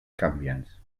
canviants